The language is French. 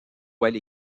voient